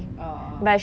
oh